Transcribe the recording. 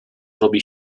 robi